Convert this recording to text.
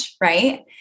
right